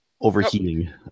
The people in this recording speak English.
overheating